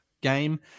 game